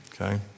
Okay